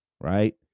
right